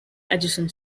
adjacent